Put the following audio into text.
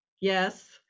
yes